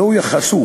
לא יכסו